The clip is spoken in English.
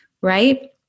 right